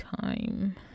time